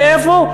ואיפה?